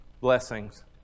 blessings